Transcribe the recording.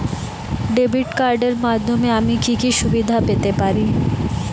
Debit কার্ডের মাধ্যমে আমি কি কি সুবিধা পেতে পারি?